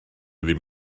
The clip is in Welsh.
ddim